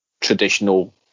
traditional